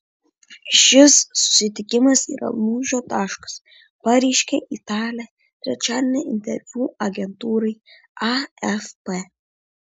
šis susitikimas yra lūžio taškas pareiškė italė trečiadienį interviu agentūrai afp